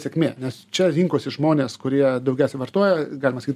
sėkmė nes čia rinkosi žmonės kurie daugiausia vartoja galima sakyt